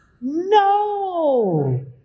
No